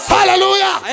Hallelujah